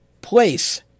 place